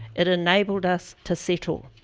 it enabled us to settle.